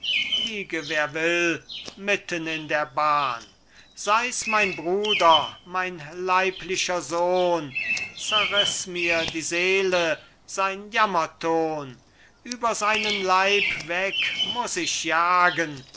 wer will mitten in der bahn seis mein bruder mein leiblicher sohn zerriß mir die seele sein jammerton über seinen leib weg muß ich jagen